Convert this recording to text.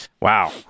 Wow